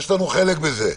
יש לנו חלק בזה.